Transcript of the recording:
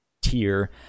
tier